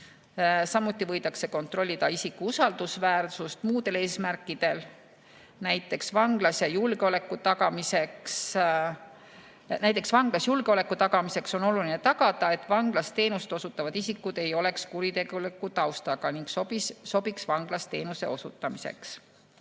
Samuti võidakse isiku usaldusväärsust kontrollida muudel eesmärkidel. Näiteks vanglas julgeoleku tagamiseks on oluline tagada, et vanglas teenust osutavad isikud ei oleks kuritegeliku taustaga ning sobiks vanglas teenuse osutamiseks.